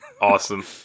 Awesome